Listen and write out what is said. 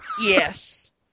Yes